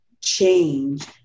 change